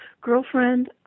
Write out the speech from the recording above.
girlfriend